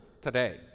today